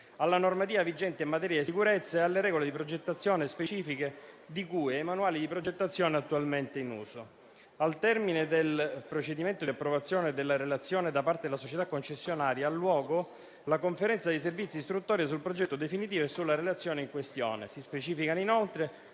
alla normativa vigente in materia di sicurezza e alle regole di progettazione specifiche di cui ai manuali di progettazione attualmente in uso. Al termine del procedimento di approvazione della relazione da parte della società concessionaria, ha luogo la conferenza di servizi istruttoria sul progetto definitivo e sulla relazione in questione. Si specificano, inoltre,